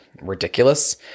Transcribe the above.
ridiculous